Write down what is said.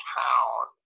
town